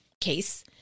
case